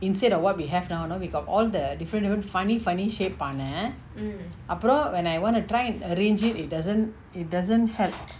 instead of what we have now you know we got all the different different funny funny shaped ஆன அப்ரோ:aana apro when I want to try and arrange it it doesn't it doesn't help